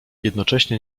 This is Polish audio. jednocześnie